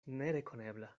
nerekonebla